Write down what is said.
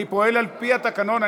אני פועל על-פי התקנון.